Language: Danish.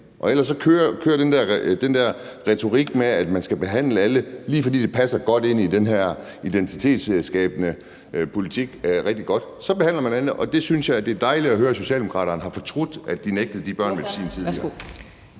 kører man jo med den der retorik om, at man skal behandle alle, blot fordi det lige passer rigtig godt ind i den her identitetspolitik. Så man behandler alle. Jeg synes, det er dejligt at høre, at Socialdemokraterne har fortrudt, at de nægtede de børn medicin tidligere.